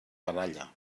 baralla